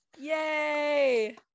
yay